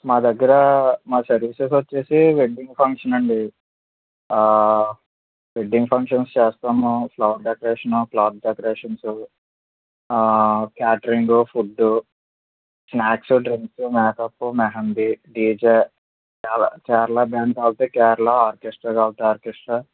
మా దగ్గర మా సర్వీసెస్ వచ్చేసి వెడ్డింగ్ ఫంక్షన్ అండి వెడ్డింగ్ ఫంక్షన్స్ చేస్తాము flower decoration flower decorations catering food snacks drinks makeup mehndi DJ Kerala Bangkok Kerala orchestra కాబట్టి ఆర్కెస్ట్రా